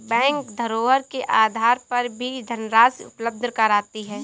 bank धरोहर के आधार पर भी धनराशि उपलब्ध कराती है